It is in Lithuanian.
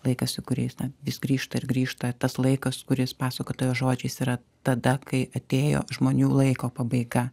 laikas į kurį jis na vis grįžta ir grįžta tas laikas kuris pasakotojo žodžiais yra tada kai atėjo žmonių laiko pabaiga